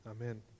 amen